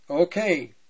Okay